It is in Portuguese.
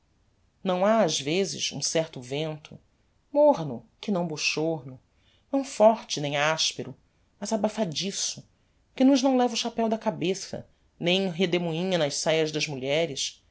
não ha ás vezes um certo vento morno que não bochorno não forte nem aspero mas abafadiço que nos não leva o chapéo da cabeça nem rodomoinha nas saias das mulheres